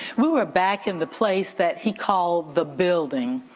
we were back in the place that he called the building.